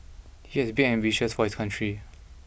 he has big ambitions for his country